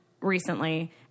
recently